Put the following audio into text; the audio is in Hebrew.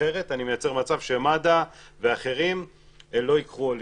אחרת אני מייצר מצב שמד"א ואחרים לא ייקחו עולים.